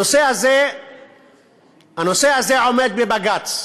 הנושא הזה עומד בבג"ץ.